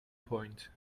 point